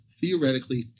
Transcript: theoretically